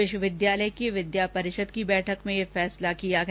विश्वविद्यालय की विद्या परिषद की बैठक में ये फैसला किया गया